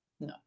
no